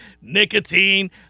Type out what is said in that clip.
Nicotine